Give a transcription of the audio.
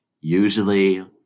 usually